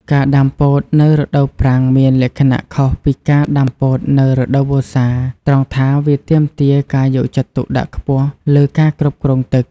ការដាំពោតនៅរដូវប្រាំងមានលក្ខណៈខុសពីការដាំនៅរដូវវស្សា ត្រង់ថាវាទាមទារការយកចិត្តទុកដាក់ខ្ពស់លើការគ្រប់គ្រងទឹក។